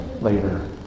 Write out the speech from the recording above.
later